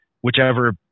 whichever